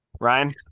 ryan